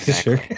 Sure